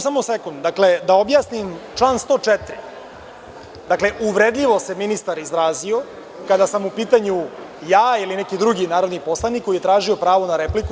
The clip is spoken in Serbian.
Samo sekund, da objasnim, član 104. – uvredljivo se ministar izrazio kada sam u pitanju ja ili neki drugi narodni poslanik koji je tražio pravo na repliku.